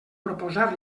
proposar